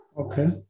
Okay